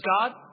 God